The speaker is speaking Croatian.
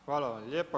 Hvala vam lijepa.